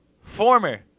former